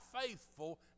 faithful